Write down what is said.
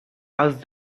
asked